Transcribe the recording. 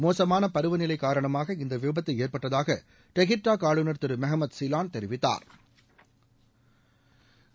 மோசுமான பருவநிலை காரணமாக இந்த விபத்து ஏற்பட்டதாக டெகிர்டாக் ஆளுநர் திரு மெஹ்மத் சீலான் தெரிவித்தாா்